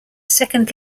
second